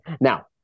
Now